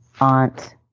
aunt